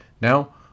now